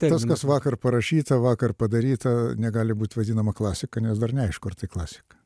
tas kas vakar parašyta vakar padaryta negali būt vadinama klasika nes dar neaišku ar tai klasika